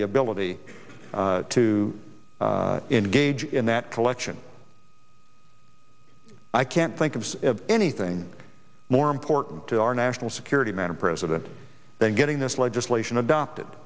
the ability to engage in that collection i can't think of anything more important to our national security matter president than getting this legislation adopted